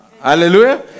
Hallelujah